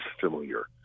familiar